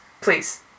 please